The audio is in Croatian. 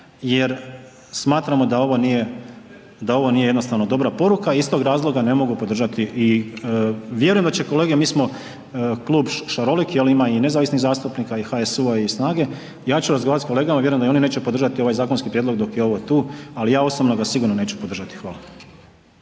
ovo nije, da ovo nije jednostavno dobra poruka i iz tog razloga ne mogu podržati i vjerujem da će kolege, mi smo klub šarolik, ali ima i nezavisnih zastupnika i HSU-a i SNAGA-e, ja ću razgovarati s kolegama i vjerujem da i oni neće podržati ovaj zakonski prijedlog dok je ovo tu, ali ja osobno sigurno ga neću podržati. Hvala.